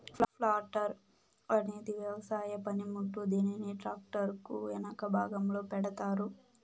planter అనేది వ్యవసాయ పనిముట్టు, దీనిని ట్రాక్టర్ కు ఎనక భాగంలో పెడతారు